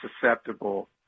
susceptible